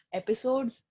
episodes